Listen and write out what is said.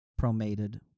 promated